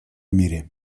мире